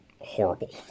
horrible